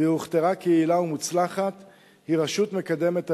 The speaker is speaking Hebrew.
והוכתרה כיעילה ומוצלחת היא "רשות מקדמת תעסוקה".